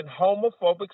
homophobic